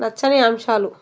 నచ్చని అంశాలు